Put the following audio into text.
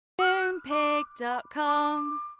Moonpig.com